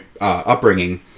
upbringing